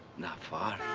not far.